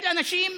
של אנשים